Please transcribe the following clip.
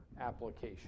application